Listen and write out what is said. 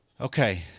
okay